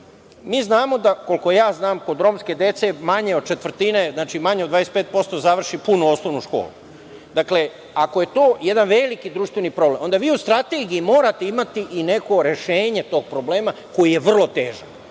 Mi znamo da, bar koliko ja znam, kod romske dece manje od četvrtine, manje od 25% završi punu osnovnu školu. Dakle, ako je to jedan veliki društveni problem, onda vi u strategiji morate imate i neko rešenje tog problema koji je vrlo težak,